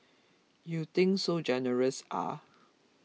you think so generous ah